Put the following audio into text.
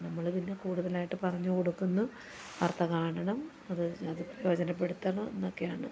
നമ്മൾ പിന്നെ കൂടുതലായിട്ട് പറഞ്ഞു കൊടുക്കുന്നു വാർത്ത കാണണം അത് അത് പ്രയോജനപ്പെടുത്തണം എന്നൊക്കെയാണ്